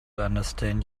understand